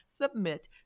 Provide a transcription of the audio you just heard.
Submit